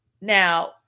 Now